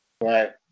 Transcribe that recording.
Right